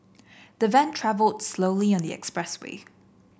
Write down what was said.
the van travelled slowly on the expressway